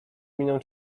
miną